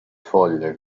foglie